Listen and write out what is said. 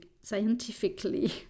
scientifically